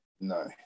No